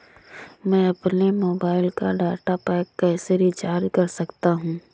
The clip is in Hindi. मैं अपने मोबाइल का डाटा पैक कैसे रीचार्ज कर सकता हूँ?